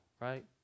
right